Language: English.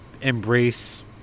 embrace